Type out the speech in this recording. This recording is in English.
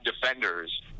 defenders